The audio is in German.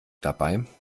dabei